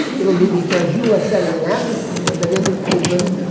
it'll be because you are setting an atmosphere that isn't open,